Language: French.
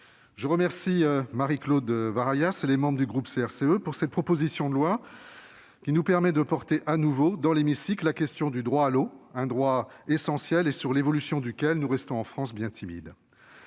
je remercie Marie-Claude Varaillas et les membres du groupe CRCE de cette proposition de loi, qui nous permet de porter à nouveau dans l'hémicycle la question du droit à l'eau, un droit essentiel quant à l'évolution duquel nous restons, en France, bien timides.